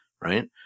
right